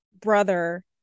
brother